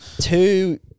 two